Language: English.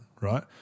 right